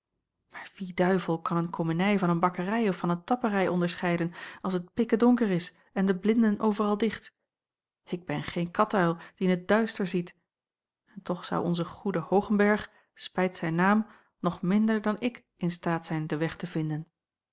maar wie duivel kan een komenij van een bakkerij of van een tapperij onderscheiden als het pikke donker is en de blinden overal dicht ik ben geen katuil die in t duister ziet en toch zou onze goede hoogenberg spijt zijn naam nog minder dan ik in staat zijn den weg te vinden